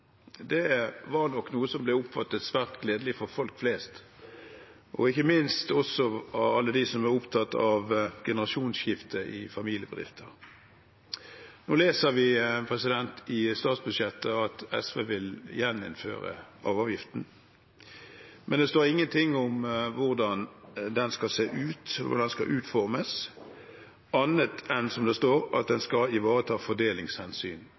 arveavgiften. Det var nok noe som ble oppfattet som svært gledelig for folk flest, ikke minst av alle dem som var opptatt av generasjonsskifte i familiebedrifter. Nå leser vi i statsbudsjettet at SV vil gjeninnføre arveavgiften, men det står ingenting om hvordan den skal se ut, og hvordan den skal utformes, annet enn at den, som det står, skal ivareta fordelingshensyn.